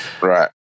right